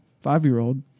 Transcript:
five-year-old